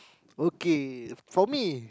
okay for me